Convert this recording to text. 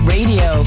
Radio